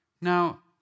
Now